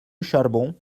charbon